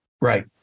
Right